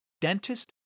dentist